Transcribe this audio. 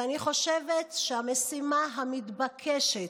אני חושבת שהמשימה המתבקשת,